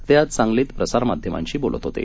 ते आज सांगलीत प्रसार माध्यमांशी बोलत होते